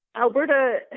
Alberta